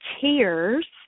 tears